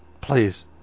please